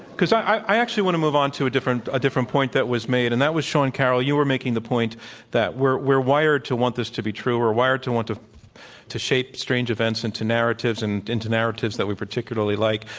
because i actually want to move on to a different point that was made, and that was, sean carroll, you were making the point that we're wired to want this to be true, we're wired to want to to shape strange events into narratives and into narratives that we particularly like,